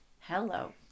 Hello